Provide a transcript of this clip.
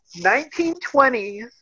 1920s